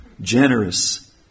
generous